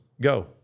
go